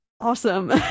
awesome